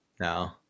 No